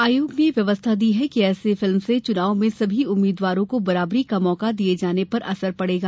आयोग ने व्यवस्था दी है कि ऐसी फिल्म से चुनाव में सभी उम्मीदवारों को बराबरी का मौका दिये जाने पर असर पड़ेगा